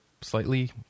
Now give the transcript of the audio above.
slightly